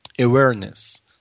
awareness